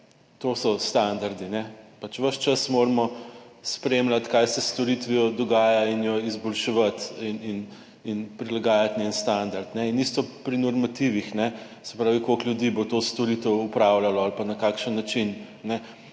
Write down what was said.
to so standardi, ne. Pač ves čas moramo spremljati, kaj se s storitvijo dogaja in jo izboljševati in prilagajati njen standard. In isto pri normativih, se pravi koliko ljudi bo to storitev opravljalo ali pa na kakšen način,